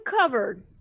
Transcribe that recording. covered